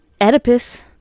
Oedipus